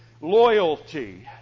loyalty